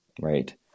right